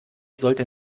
sollte